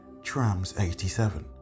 Trams87